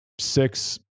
six